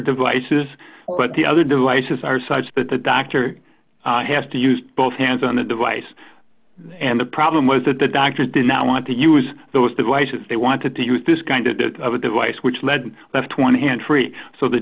devices but the other devices are such that the doctor has to use both hands on the device and the problem was that the doctors did not want to use those devices they wanted to use this kind of a device which led left one hand free so th